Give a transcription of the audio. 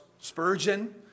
Spurgeon